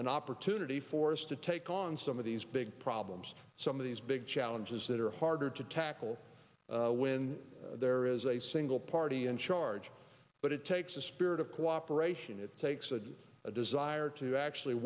an opportunity for us to take on some of these big problems some of these big challenges that are harder to tackle when there is a single party in charge but it takes a spirit of cooperation it takes a desire to actually